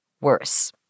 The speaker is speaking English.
worse